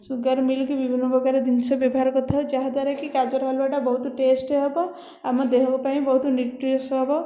sugar milk ବିଭିନ୍ନ ପ୍ରକାର ଜିନିଷ ବ୍ୟବହାର କରିଥାଉ ଯାହା ଦ୍ୱାରା କି ଗାଜର ହାଲୁଆଟା ବହୁତ ଟେଷ୍ଟ ହେବ ଆମ ଦେହ ପାଇଁ ବହୁତ ନ୍ୟୁଟ୍ରିଏସ ହେବ